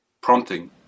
prompting